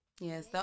Yes